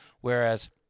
Whereas